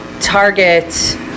target